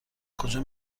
کجا